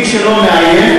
מי שלא מאיים,